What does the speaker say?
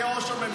לראש הממשלה,